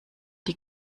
die